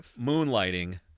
moonlighting